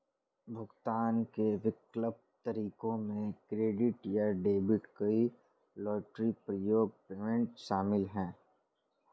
भुगतान के वैकल्पिक तरीकों में क्रेडिट या debit card, loyalty programme point शामिल है